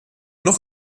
noch